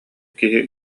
киһи